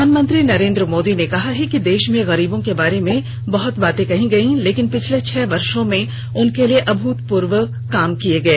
प्रधानमंत्री नरेन्द्र मोदी ने कहा है कि देश में गरीबों के बारे में बहत बातें की गई हैं लेकिन पिछले छह वर्ष में उनके लिए अभूतपूर्व काम किये गए